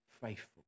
faithful